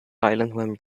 when